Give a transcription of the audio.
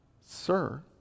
Sir